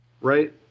Right